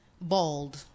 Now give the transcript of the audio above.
bald